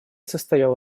состояла